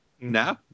no